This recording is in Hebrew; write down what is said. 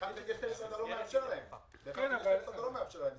בתקציב לפי 1/12 אתה לא מאפשר להם, זה ברור.